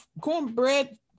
cornbread